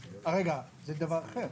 זה דבר אחר.